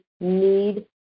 need